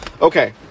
Okay